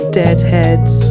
deadheads